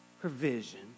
provision